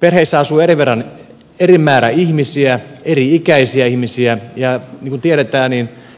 perheissä asuu eri määrä ihmisiä eri ikäisiä ihmisiä ja niin kuin tiedetään